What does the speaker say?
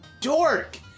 dork